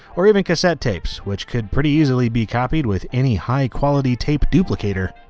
or even cassette tapes, which could pretty easily be copied with any high-quality tape duplicator.